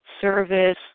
service